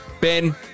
Ben